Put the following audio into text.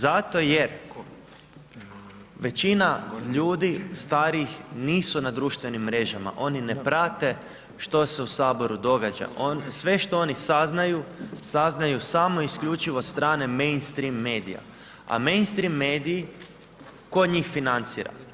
Zato jer većina ljudi starijih nisu na društvenim mrežama, oni ne prate što se u HS događa, sve što oni saznaju, saznaju samo isključivo od strane mainstream medija, a mainstream mediji tko njih financira?